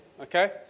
okay